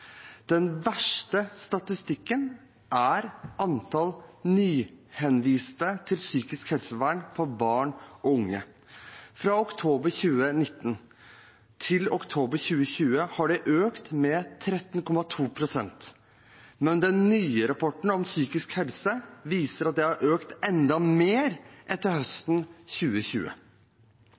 Den verste statistikken er antall nyhenviste til psykisk helsevern for barn og unge. Fra oktober 2019 til oktober 2020 har det økt med 13,2 pst. Men den nye rapporten om psykisk helse viser at det har økt enda mer etter høsten 2020.